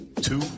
Two